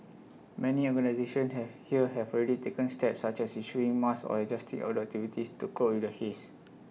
many organisations here here have already taken steps such as issuing masks or adjusting outdoor activities to cope with the haze